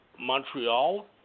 Montreal